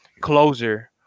closer